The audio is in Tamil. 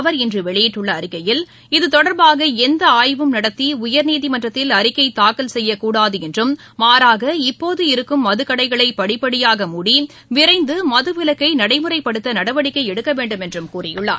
அவர் இன்று வெளியிட்டுள்ள அறிக்கையில் இது தொடர்பாக எந்த ஆய்வும் நடத்தி உயர்நீதிமன்றத்தில் அறிக்கை தாக்கல் செய்யக்கூடாது என்றும் மாறாக இப்போது இருக்கும் மதுக்கடைகளை படிப்படியாக மூடி விரைந்து மதுவிலக்கை நடைமுறைப்படுத்த நடவடிக்கை எடுக்க வேண்டும் என்றும் கூறியுள்ளார்